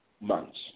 months